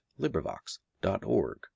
LibriVox.org